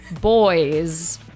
Boys